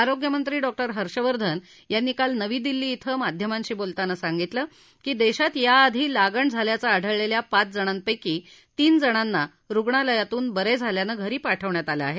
आरोग्यमंत्री डॉ हर्षवर्धन यांनी काल नवी दिल्ली क्रिं माध्यमांशी बोलताना सांगितलं की देशात याआधी लागण झाल्याचं आढळलेल्या पाचजणांपैकी तीनजणांना रुगणालयातून बरे झाल्यानं घरी पाठवण्यात आलं आहे